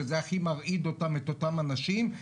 שזה הכי מרעיד את אותם אנשים.